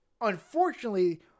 Unfortunately